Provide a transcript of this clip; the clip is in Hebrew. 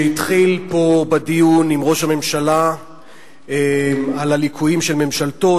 שהתחיל פה בדיון עם ראש הממשלה על הליקויים של ממשלתו,